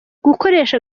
gukoresha